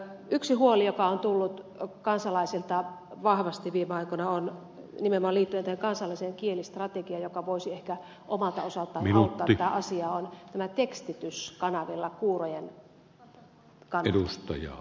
yksi huoli joka on tullut kansalaisilta vahvasti viime aikoina nimenomaan liittyen tähän kansalliseen kielistrategiaan joka voisi ehkä omalta osaltaan auttaa tähän asiaan on tämä tekstitys kanavilla kuurojen kannalta